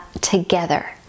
together